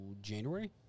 January